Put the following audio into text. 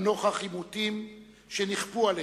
גם נוכח עימותים שנכפו עלינו,